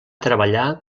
treballar